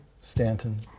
Stanton